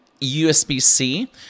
USB-C